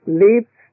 leaves